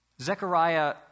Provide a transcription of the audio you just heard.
Zechariah